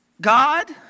God